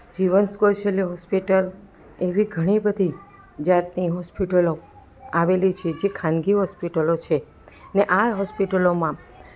જીવન કૌશલ્ય હોસ્પિટલ એવી ઘણી બધી જાતની હોસ્પિટલો આવેલી છે જે ખાનગી હોસ્પિટલો છે ને આ હોસ્પિટલોમાં